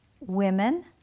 women